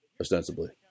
Ostensibly